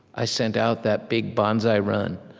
i sent out that big banzai run.